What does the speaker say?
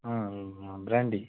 ಹಾಂ ಹಾಂ ಹಾಂ ಬ್ರ್ಯಾಂಡಿ